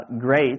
great